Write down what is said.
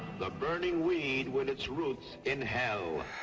the burning weed with its roots in hell.